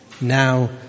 Now